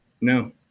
No